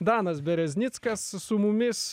danas bereznickas su mumis